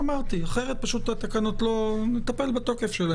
אחרת פשוט נטפל בתוקף של התקנות.